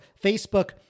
Facebook